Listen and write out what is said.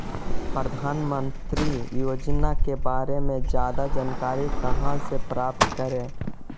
प्रधानमंत्री योजना के बारे में जादा जानकारी कहा से प्राप्त करे?